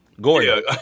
Gordon